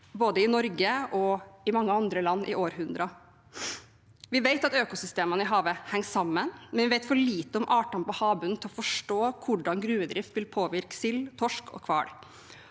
både i Norge og i mange andre land i århundrer. Vi vet at økosystemene i havet henger sammen, men vi vet for lite om artene på havbunnen til å forstå hvordan gruvedrift vil påvirke sild, torsk og hval.